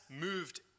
moved